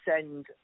send